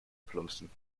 plumpsen